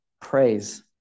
praise